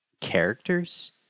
characters